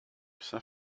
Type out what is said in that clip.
saint